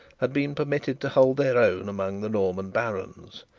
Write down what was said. had been permitted to hold their own among the norman barons.